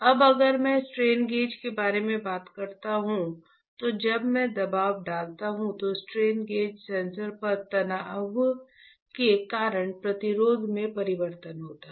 अब अगर मैं स्ट्रेन गेज के बारे में बात करता हूं तो जब मैं दबाव डालता हूं तो स्ट्रेन गेज सेंसर पर तनाव के कारण प्रतिरोध में परिवर्तन होता है